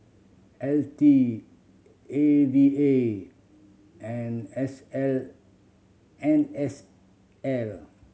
L T A V A and S L N S L